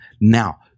Now